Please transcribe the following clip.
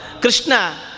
Krishna